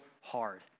hard